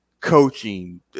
coaching